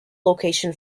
location